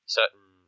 certain